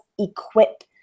equip